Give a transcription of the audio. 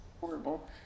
horrible